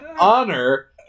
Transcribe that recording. honor